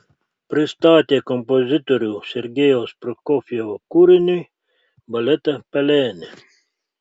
pristatė kompozitorių sergejaus prokofjevo kūrinį baletą pelenė